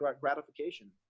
gratification